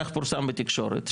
כך פורסם בתקשורת,